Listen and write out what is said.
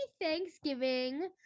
thanksgiving